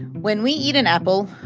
when we eat an apple,